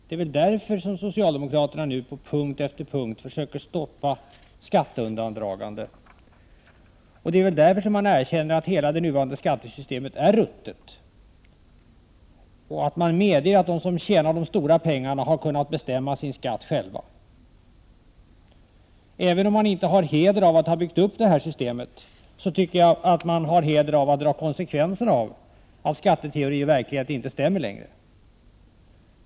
Det är väl därför socialdemokraterna nu på punkt efter punkt försöker stoppa skatteundandraganden, och det är därför som man erkänner att hela det nuvarande skattesystemet är ruttet. Man medger att de som tjänat de stora pengarna har kunnat bestämma sin skatt — Prot. 1988/89:86 själva. 22 mars 1989 Även om man inte har heder av att man byggt upp det här systemet, anser jag att man har heder av att man nu drar konsekvensen av att skatteteori och verklighet inte längre stämmer överens.